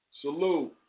Salute